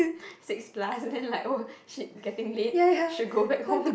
six plus then like !oh shit! getting late should go back home